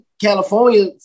California